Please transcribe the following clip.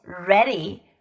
ready